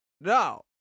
No